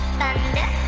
thunder